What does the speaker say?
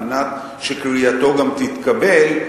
כדי שקריאתו גם תתקבל,